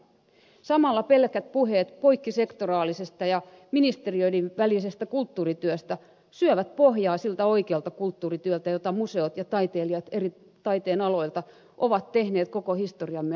samalla pelkät puheet poikkisektoraalisesta ja ministeriöiden välisestä kulttuurityöstä syövät pohjaa siltä oikealta kulttuurityöltä jota museot ja taiteilijat eri taiteen aloilta ovat tehneet koko historiamme ajan